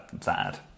sad